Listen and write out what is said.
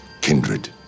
kindred